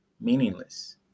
meaningless